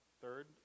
third